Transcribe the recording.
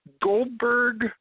Goldberg